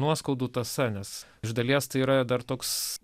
nuoskaudų tąsa nes iš dalies tai yra dar toks